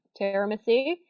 tiramisu